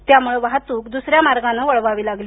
त्यामुळे वाहतूक दुसऱ्या मार्गाने वळवावी लागली